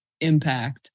impact